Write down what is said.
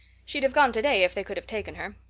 she'd have gone today if they could have taken her.